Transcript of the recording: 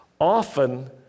often